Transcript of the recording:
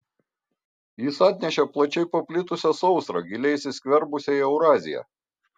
jis atnešė plačiai paplitusią sausrą giliai įsiskverbusią į euraziją